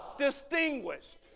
Distinguished